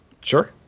Sure